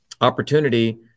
opportunity